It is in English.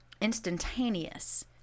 instantaneous